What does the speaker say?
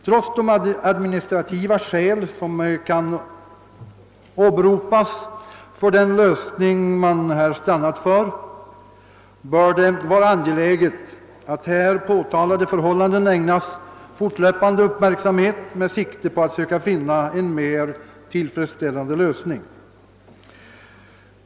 Trots de administrativa skäl som kan anföras för den lösning man här stannat för, bör det vara angeläget att nu påtalade förhållanden ägnas fortlöpande uppmärksamhet med sikte på att söka finna en mer tillfredsställande lösning.